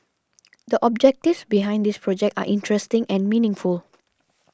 the objectives behind this project are interesting and meaningful